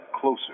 closer